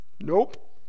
Nope